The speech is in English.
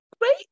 great